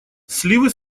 сливы